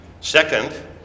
Second